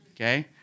okay